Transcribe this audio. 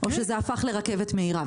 או שזה הפך לרכבת מהירה,